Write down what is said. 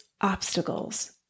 obstacles